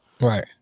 Right